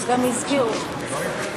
הסתדרנו.